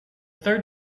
third